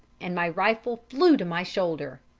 and my rifle flew to my shoulder.